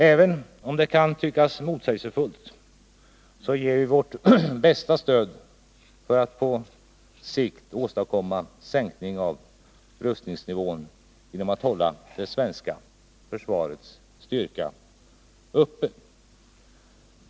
Även om det kan tyckas motsägelsefullt, så ger vi vårt bästa stöd för att på sikt åstadkomma sänkning av rustningsnivån genom att hålla det svenska försvarets styrka uppe.